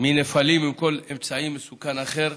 מנפלים ומכל אמצעי מסוכן אחר.